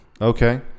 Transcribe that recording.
Okay